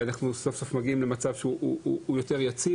ואנחנו סוף-סוף מגיעים למצב יציב יותר,